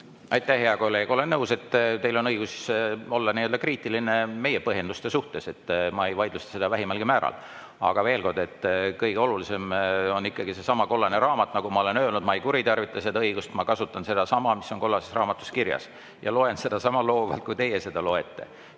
Aitäh, hea kolleeg! Olen nõus, et teil on õigus olla kriitiline meie põhjenduste suhtes. Ma ei vaidlusta seda vähimalgi määral. Aga veel kord, kõige olulisem on ikkagi seesama kollane raamat. Nagu ma olen öelnud, ma ei kuritarvita seda õigust. Ma kasutan sedasama [infot], mis on kollases raamatus kirjas ja loen seda sama loovalt, nagu teie seda loete.